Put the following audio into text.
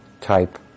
type